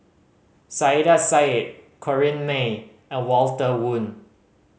Saiedah Said Corrinne May and Walter Woon